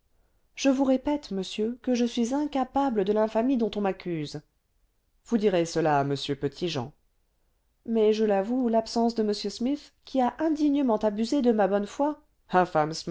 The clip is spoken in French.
je vous répète monsieur que je suis incapable de l'infamie dont on m'accuse vous direz cela à m petit-jean mais je l'avoue l'absence de m smith qui a indignement abusé de ma bonne foi